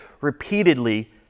repeatedly